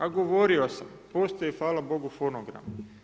A govorio sam, postoji hvala Bogu, fonogram.